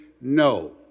no